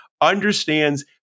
understands